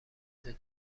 تبعیض